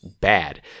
bad